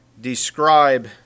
describe